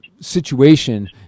situation